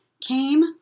Came